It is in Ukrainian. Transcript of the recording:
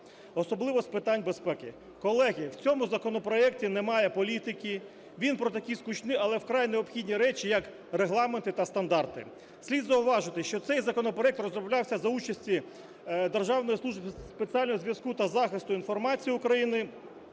особливо з питань безпеки. Колеги, в цьому законопроекті немає політики, він про такі скучні, але вкрай необхідні речі, як регламенти та стандарти. Слід зауважити, що цей законопроект розроблявся за участі Державної служби спеціального зв'язку та захисту інформації України